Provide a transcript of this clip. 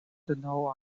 donovan